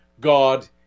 God